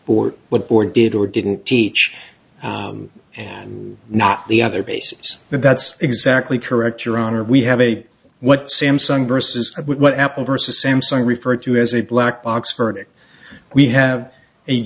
or or what for did or didn't teach and not the other basis that that's exactly correct your honor we have a what samsung versus what apple versus samsung referred to as a black box verdict we have